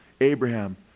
Abraham